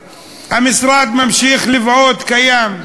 והמשרד ממשיך לבעוט, הוא קיים,